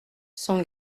son